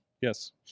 Yes